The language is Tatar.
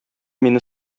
мине